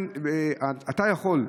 אתה יכול,